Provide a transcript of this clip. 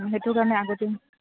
সেইটো কাৰণে আগতে